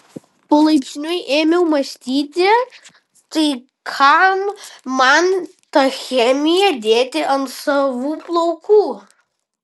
palaipsniui ėmiau mąstyti tai kam man tą chemiją dėti ant savų plaukų